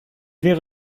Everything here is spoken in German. wäre